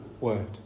word